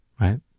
Right